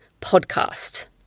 Podcast